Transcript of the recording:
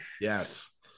yes